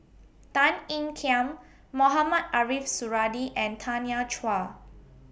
Tan Ean Kiam Mohamed Ariff Suradi and Tanya Chua